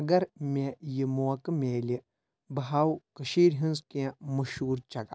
اگر مےٚ یہِ موقعہٕ میلہِ بہٕ ہاو کٔشیٖرِ ہٕنٛز کینٛہہ مشہوٗر جگہ